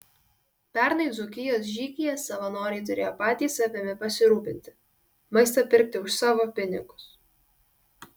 pernai dzūkijos žygyje savanoriai turėjo patys savimi pasirūpinti maistą pirkti už savo pinigus